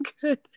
good